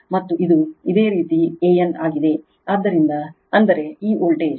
ಮತ್ತು ಇದು ಇದೇ ರೀತಿ a n ಆಗಿದೆ ಅಂದರೆ ಈ ವೋಲ್ಟೇಜ್